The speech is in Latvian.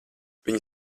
viņi